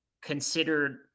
considered